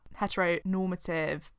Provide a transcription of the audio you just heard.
heteronormative